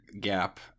gap